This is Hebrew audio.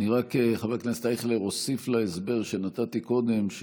חבר הכנסת אייכלר, אני רק אוסיף להסבר שנתתי קודם.